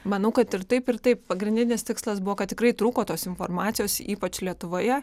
manau kad ir taip ir taip pagrindinis tikslas buvo kad tikrai trūko tos informacijos ypač lietuvoje